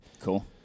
Cool